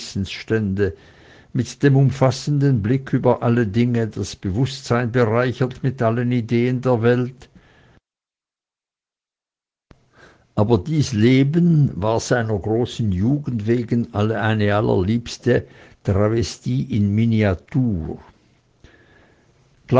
mit dem umfassenden blicke über alle dinge das bewußtsein bereichert mit allen ideen der welt zugleich aber in demut und einfalt in ewiger kindlichkeit wandelnd unter den kleinen womöglichst mit den kleinsten demgemäß lebte er wirklich aber dies leben war seiner großen jugend wegen eine allerliebste travestie in miniatur